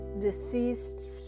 deceased